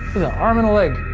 arm and a leg.